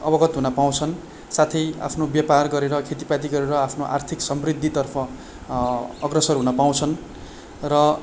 अवगत हुन पाउँछन् साथै आफ्नो व्यापार गरेर खेतीपाती गरेर आफ्नो आर्थिक समृद्धितर्फ अग्रसर हुन पाउँछन् र